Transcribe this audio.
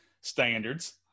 standards